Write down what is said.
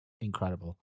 incredible